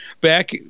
back